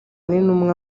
n’intumwa